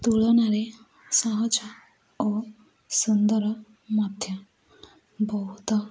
ତୁଳନାରେ ସହଜ ଓ ସୁନ୍ଦର ମଧ୍ୟ ବହୁତ